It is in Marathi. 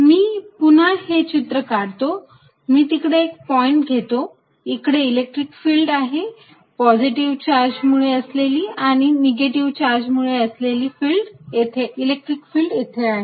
मी पुन्हा हे चित्र काढतो मी तिकडे एक पॉईंट घेतो इकडे इलेक्ट्रिक फिल्ड आहे पॉझिटिव्ह चार्ज मुळे असलेली आणि निगेटिव्ह चार्ज मुळे असलेली इलेक्ट्रिक फिल्ड येथे आहे